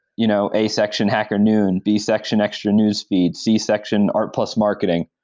you know a section hacker noon, b section extra newsfeed, c section art plus marketing.